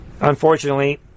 Unfortunately